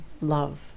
love